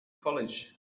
college